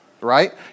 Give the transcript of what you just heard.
Right